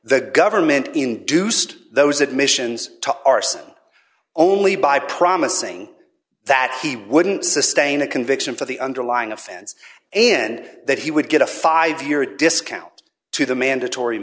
the government induced those admissions to arson only by promising that he wouldn't sustain a conviction for the underlying offense and that he would get a five year discount to the mandatory